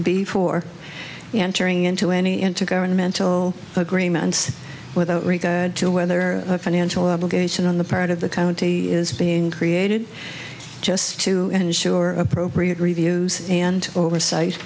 before entering into any intergovernmental agreement with regard to whether financial obligation on the part of the county is being created just to ensure appropriate reviews and oversi